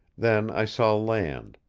then i saw land,